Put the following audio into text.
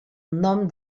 nom